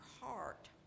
heart